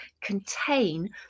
contain